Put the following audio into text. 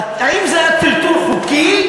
האם זה היה טלטול חוקי.